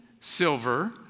silver